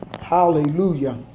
hallelujah